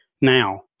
now